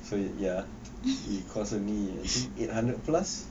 so ya it cost only I think eight hundred plus